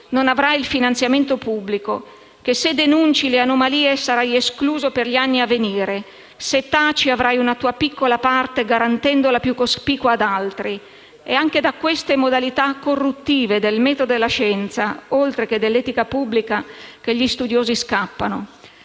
si avrà il finanziamento pubblico; che se si denunciano le anomalie si verrà esclusi per gli anni a venire; che se si tace, si avrà una piccola parte, garantendola più cospicua ad altri. È anche da queste modalità corruttive del metodo della scienza, oltre che dell'etica pubblica, che gli studiosi scappano.